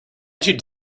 did